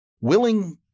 willing